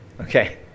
okay